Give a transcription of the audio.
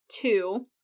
two